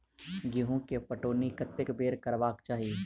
गेंहूँ केँ पटौनी कत्ते बेर करबाक चाहि?